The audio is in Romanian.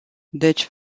deci